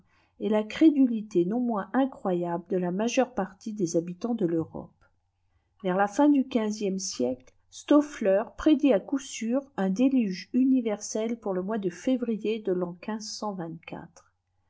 et la crédulité iton moins incroyable dé te majertre pàifûé des habitants de pfinrôpe vers la fin dtf quinzième siècle stoflléi prédit à coup sih un déluge tfliersel pour le mois ite février de fan